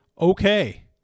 Okay